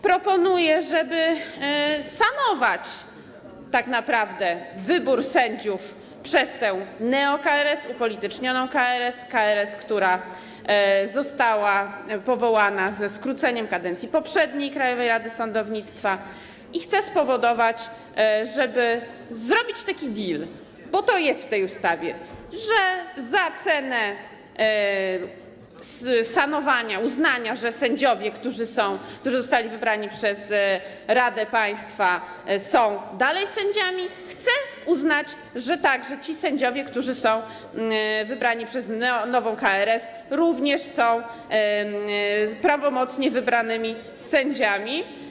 Proponuje, aby szanować tak naprawdę wybór sędziów przez tę neo-KRS, upolitycznioną KRS, KRS, która została powołana ze skróceniem kadencji poprzedniej Krajowej Rady Sądownictwa, i chce spowodować, żeby zrobić taki deal - bo to jest w tej ustawie - że za cenę szanowania, uznania, że sędziowie, którzy zostali wybrani przez Radę Państwa, są dalej sędziami, chce uznać, że także ci sędziowie, którzy są wybrani przez nową KRS, również są prawomocnie wybranymi sędziami.